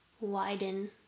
widen